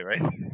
right